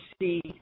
see